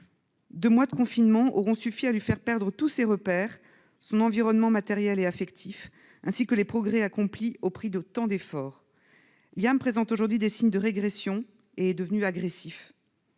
Deux mois de confinement auront suffi à lui faire perdre tous ses repères, son environnement matériel et affectif, ainsi que les progrès accomplis au prix de tant d'efforts. Liam présente aujourd'hui des signes de régression et est devenu agressif.